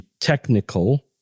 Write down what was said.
technical